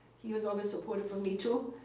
he was always supportive of me, too.